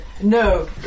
No